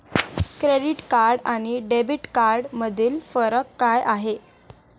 Credit card आणि debit कार्डमधील फरक काय आहे?